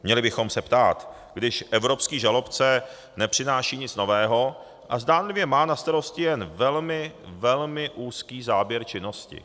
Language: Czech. měli bychom se ptát, když evropský žalobce nepřináší nic nového a zdánlivě má na starosti jen velmi, velmi úzký záběr činnosti.